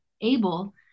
able